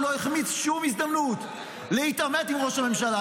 הוא לא החמיץ שום הזדמנות להתעמת עם ראש הממשלה,